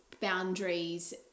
boundaries